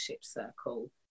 Circle